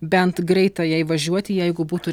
bent greitajai važiuoti jeigu būtų